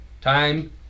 time